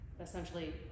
essentially